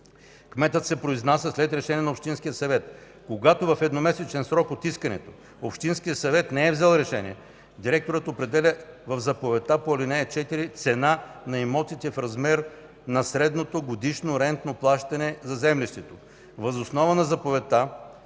Кметът се произнася след решение на Общинския съвет. Когато в едномесечен срок от искането, Общинският съвет не е взел решение, директорът определя в заповедта по ал. 4 цена на имотите в размер на средното годишно рентно плащане за землището.